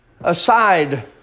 aside